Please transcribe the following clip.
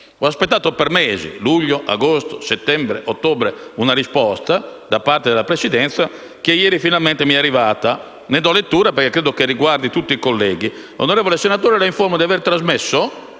raccontate. Per mesi - luglio, agosto, settembre e ottobre - ho atteso una risposta da parte della Presidenza del Senato, che ieri finalmente mi è arrivata. Ne do lettura perché credo riguardi tutti i colleghi: «Onorevole senatore, la informo di aver trasmesso